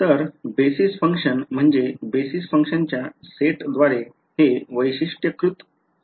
तर basis function म्हणजे basis फंक्शनच्या सेटद्वारे हे वैशिष्ट्यीकृत होते